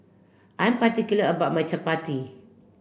I'm particular about my Chappati